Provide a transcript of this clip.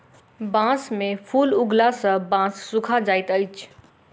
बांस में फूल उगला सॅ बांस सूखा जाइत अछि